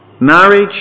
Marriage